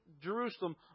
Jerusalem